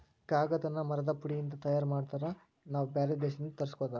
ಕಾಗದಾನ ಮರದ ಪುಡಿ ಇಂದ ತಯಾರ ಮಾಡ್ತಾರ ನಾವ ಬ್ಯಾರೆ ದೇಶದಿಂದ ತರಸ್ಕೊತಾರ